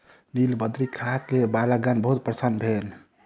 नीलबदरी खा के बालकगण बहुत प्रसन्न भेल